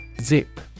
Zip